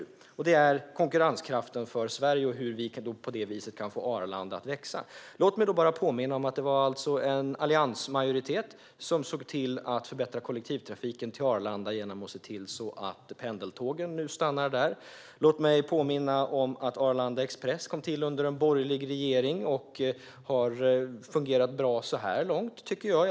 Det handlar om konkurrenskraften för Sverige och hur vi på detta sätt kan få Arlanda att växa. Låt mig bara påminna om att det var en alliansmajoritet som förbättrade kollektivtrafiken till Arlanda genom att se till att pendeltågen nu stannar där. Låt mig påminna om att Arlanda Express kom till under en borgerlig regering, och den har fungerat bra så här långt, tycker jag.